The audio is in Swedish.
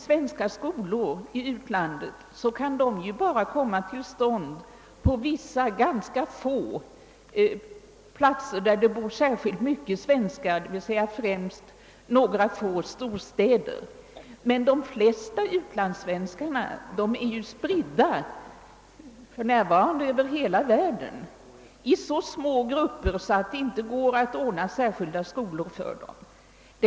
Svenska skolor i utlandet kan bara komma till stånd på sådana platser där det bor särskilt många svenskar, d.v.s. främst i några få storstäder. De flesta utlandsvenskarna är för närvarande spridda över hela världen i så små grupper att det inte går att ordna särskilda skolor för deras barn.